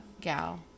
gal